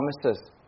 promises